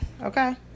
Okay